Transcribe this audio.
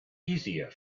easier